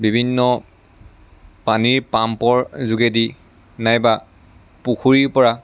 বিভিন্ন পানীৰ পাম্পৰ যোগেদি নাইবা পুখুৰীৰ পৰা